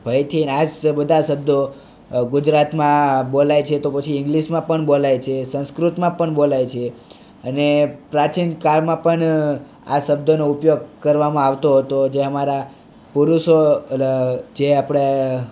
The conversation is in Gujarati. ભયથી અને આ જ બધા શબ્દો ગુજરાતમાં બોલાય છે તો પછી ઇંગ્લિશમાં પણ બોલાય છે સંસ્કૃતમાં પણ બોલાય છે અને પ્રાચીન કાળમાં પણ આ શબ્દોનો ઉપયોગ કરવામાં આવતો હતો જે અમારા પુરુષો જે આપણા